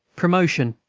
promotion,